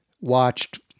watched